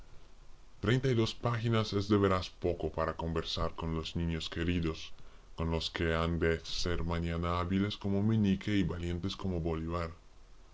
treinta y dos páginas es de veras poco para conversar con los niños queridos con los que han de ser mañana hábiles como meñique y valientes como bolívar